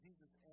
Jesus